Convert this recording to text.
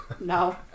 No